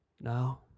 now